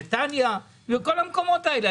נתניה וכל המקומות האלה.